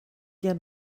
yet